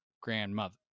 grandmother